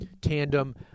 tandem